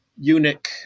Eunuch